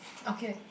okay